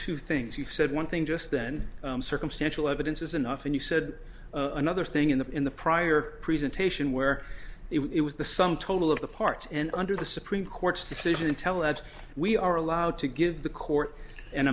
two things you've said one thing just then circumstantial evidence is enough and you said another thing in the in the prior presentation where it was the sum total of the parts and under the supreme court's decision and tell us we are allowed to give the court an